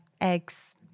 eggs